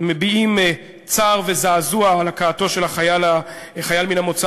מביעים צער וזעזוע על הכאתו של החייל מן המוצא